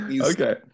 Okay